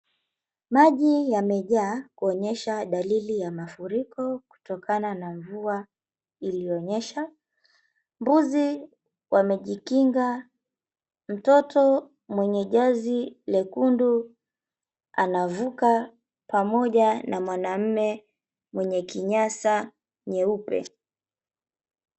Maji yamejaa kuonyesha dalili ya mafuriko kutokana na mvua iliyonyesha. Mbuzi wamejikinga. Mtoto mwenye jezi lekundu anavuka pamoja na mwanaume mwenye kinyasa nyeupe.